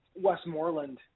Westmoreland